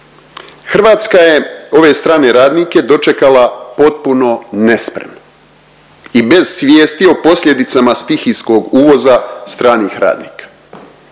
Hrvatska je ove strane radnike dočekala potpuno nespremno i bez svijesti o posljedicama stihijskog uvoza stranih radnika.